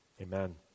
Amen